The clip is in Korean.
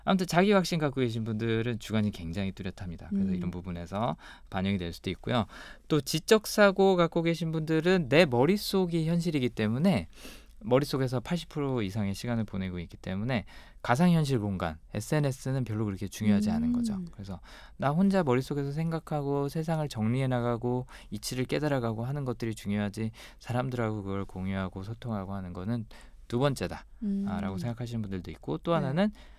아무튼 자기 확신 갖고 계신 분들은 주관이 굉장히 뚜렷합니다. 그래서 이런 음. 부분에서 반영이 될 수도 있고요. 또 지적 사고 갖고 계신 분들은 내 머릿속이 현실이기 때문에 머릿속에서 80% 이상의 시간을 보내고 있기 때문에 가상현실 공간, SNS는 별로 그렇게 중요하지 않은 거죠. 음. 그래서 나 혼자 머릿속에서 생각하고 세상을 정리해 나가고 이치를 깨달아가고 하는 것들이 중요하지 사람들하고 그걸 공유하고 소통하고 하는 거는 두 번째다. 아, 라고 음. 생각하시는 분들도 있고 또 네. 하나는